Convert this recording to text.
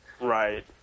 Right